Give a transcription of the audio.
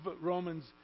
Romans